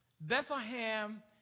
Bethlehem